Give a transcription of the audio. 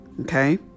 Okay